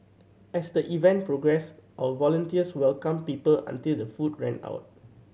as the even progressed our volunteers welcomed people until the food ran out